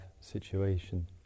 situation